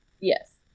Yes